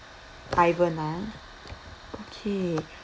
ivan ah okay